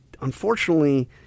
unfortunately